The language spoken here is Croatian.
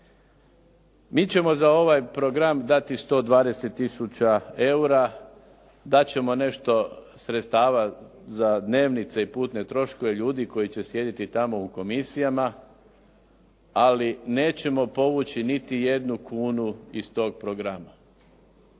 Mi ćemo za ovaj program dati 120 tisuća eura, dat ćemo nešto sredstava za dnevnice i putne troškove ljudi koji će sjediti tamo u komisijama, ali nećemo povući niti jednu kunu iz tog programa.